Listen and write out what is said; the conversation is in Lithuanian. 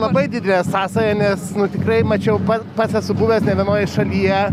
labai didelė sąsaja nes nu tikrai mačiau pat pats esu buvęs ne vienoje šalyje